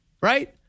right